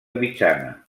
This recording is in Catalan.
mitjana